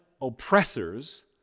oppressors